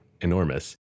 enormous